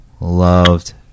loved